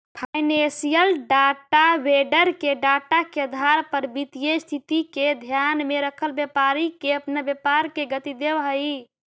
financial data vendor के data के आधार पर वित्तीय स्थिति के ध्यान में रखल व्यापारी के अपना व्यापार के गति देवऽ हई